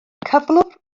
cyflwr